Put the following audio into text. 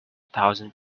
thousand